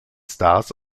stars